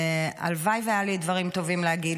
הלוואי שהיו לי דברים טובים להגיד,